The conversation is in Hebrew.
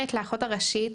מאפשרת לאחות הראשית,